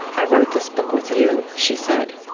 i wrote this book with you she said.